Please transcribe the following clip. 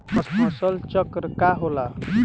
फसल चक्र का होला?